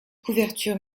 couverture